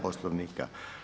Poslovnika.